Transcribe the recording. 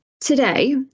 Today